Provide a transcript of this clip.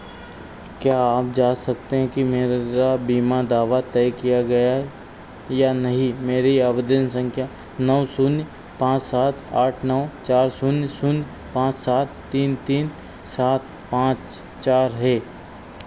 क्या आप जांच सकते हैं कि मेरा बीमा दावा तय किया गया या नहीं मेरी आवेदन संख्या नौ शून्य पांच सात आठ नौ चार शून्य शून्य पांच सात तीन तीन सात पांच चार है